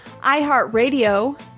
iHeartRadio